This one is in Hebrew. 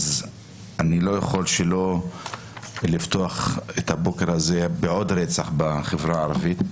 אז אני לא יכול שלא לפתוח את הבוקר הזה בעוד רצח בחברה הערבית,